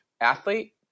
athlete